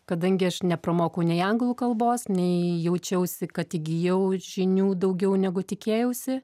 kadangi aš nepramokau nei anglų kalbos nei jaučiausi kad įgijau žinių daugiau negu tikėjausi